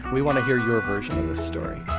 we want to hear your version of this story